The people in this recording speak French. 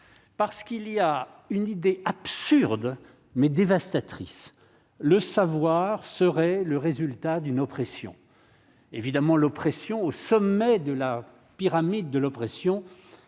parce qu'il y a une idée absurde mais dévastatrice le savoir serait le résultat d'une oppression évidemment l'oppression au sommet de la pyramide de l'oppression,